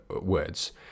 words